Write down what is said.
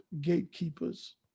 gatekeepers